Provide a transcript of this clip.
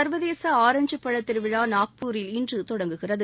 சர்வதேச ஆரஞ்சு பழத்திருவிழா நாக்பூரில் இன்று தொடங்குகிறது